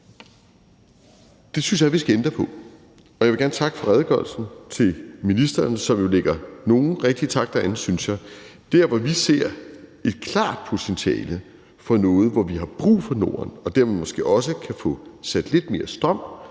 Det synes jeg vi skal ændre på, og jeg vil gerne takke ministeren for redegørelsen, som, synes jeg, slår nogle rigtig gode takter an. Der, hvor vi ser et klart potentiale for noget, hvor vi har brug for Norden og dermed måske også kan få sat lidt mere strøm